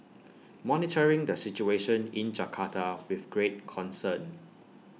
monitoring the situation in Jakarta with great concern